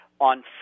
on